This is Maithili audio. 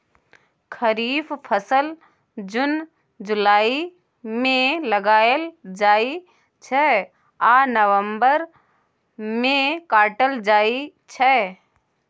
खरीफ फसल जुन जुलाई मे लगाएल जाइ छै आ नबंबर मे काटल जाइ छै